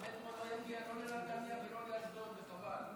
המטרו לא התייחס לנתניה ואשדוד, וחבל.